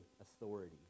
authority